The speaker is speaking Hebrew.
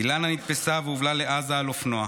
אילנה נתפסה והובלה לעזה על אופנוע.